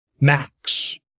max